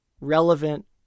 Relevant